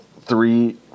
three